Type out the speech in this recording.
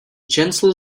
gentle